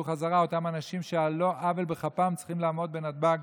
חזרה אותם אנשים שעל לא עוול בכפם צריכים לעמוד בנתב"ג